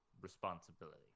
responsibility